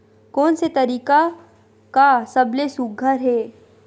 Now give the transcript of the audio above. कोन से तरीका का सबले सुघ्घर हे?